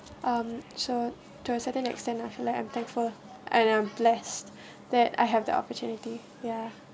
um so to a certain extent I feel like I'm thankful and I'm blessed that I have the opportunity ya